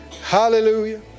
Hallelujah